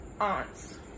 aunts